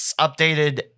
updated